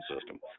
system